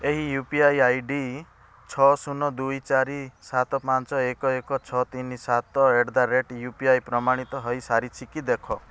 ଏହି U P I ID ଛଅ ଶୂନ ଦୁଇ ଚାରି ସାତ ପାଞ୍ଚ ଏକ ଏକ ଛଅ ତିନି ସାତ at the rate U P I ପ୍ରମାଣିତ ହୋଇସାରିଛି କି ଦେଖ